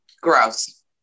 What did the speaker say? Gross